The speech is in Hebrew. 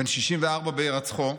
בן 64 בהירצחו,